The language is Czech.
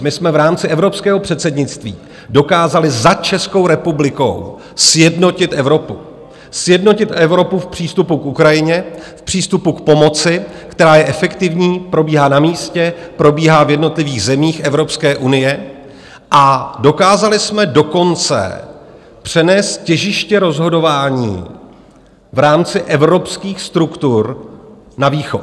My jsme v rámci evropského předsednictví dokázali za Českou republikou sjednotit Evropu, sjednotit Evropu v přístupu k Ukrajině, v přístupu k pomoci, která je efektivní, probíhá na místě, probíhá v jednotlivých zemích Evropské unie, a dokázali jsme dokonce přenést těžiště rozhodování v rámci evropských struktur na Východ.